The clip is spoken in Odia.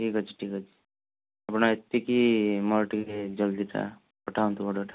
ଠିକ୍ଅଛି ଠିକ୍ଅଛି ଆପଣ ଏତିକି ମୋର ଟିକିଏ ଜଲ୍ଦି ପଠାନ୍ତୁ ଅର୍ଡ଼ରଟା